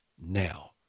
now